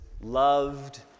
loved